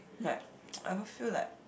like I have a feel like